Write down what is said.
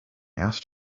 asked